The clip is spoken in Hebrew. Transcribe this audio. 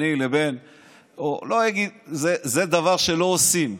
זה דבר שלא עושים,